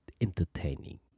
entertaining